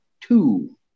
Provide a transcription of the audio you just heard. two